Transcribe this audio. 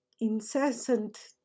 incessant